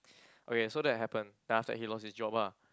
okay so that happen then after that he lost his job ah